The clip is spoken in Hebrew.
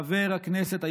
חבר הכנסת,